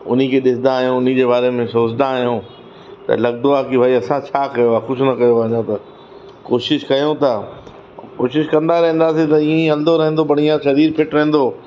उन खे ॾिसंदा आहियूं उन जे बारे में सोचंदा आहियूं त लॻंदो आहे की भाई असां छा कयो आहे कुझ न कयो आहे तक कोशिश कयूं था कोशिश कंदा रहंदासीं त ईअं ई हलंदो रहंदो बढ़िया शरीरु फिट रहंदो